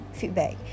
feedback